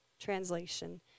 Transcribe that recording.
translation